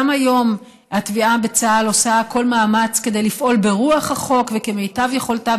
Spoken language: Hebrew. גם היום התביעה בצה"ל עושה כל מאמץ כדי לפעול ברוח החוק וכמיטב יכולתה,